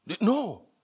No